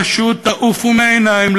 פשוט תעופו מהעיניים,